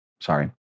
sorry